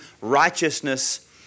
righteousness